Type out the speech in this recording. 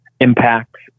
impacts